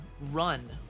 run